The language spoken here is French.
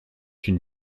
une